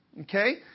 okay